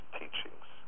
teachings